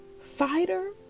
fighter